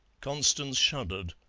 constance shuddered.